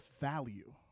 value